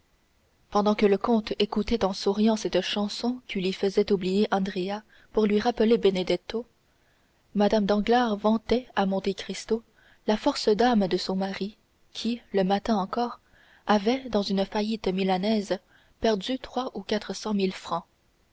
pendant que le comte écoutait en souriant cette chanson qui lui faisait oublier andrea pour lui rappeler benedetto mme danglars vantait à monte cristo la force d'âme de son mari qui le matin encore avait dans une faillite milanaise perdu trois ou quatre cent mille francs